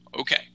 Okay